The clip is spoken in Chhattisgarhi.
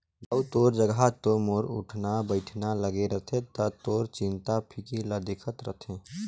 दाऊ तोर जघा तो मोर उठना बइठना लागे रथे त तोर चिंता फिकर ल देखत रथें